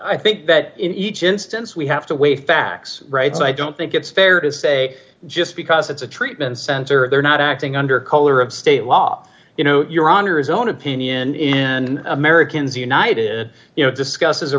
i think that in each instance we have to weigh facts right so i don't think it's fair to say just because it's a treatment center they're not acting under color of state law you know your honor his own opinion and americans united you know discusses a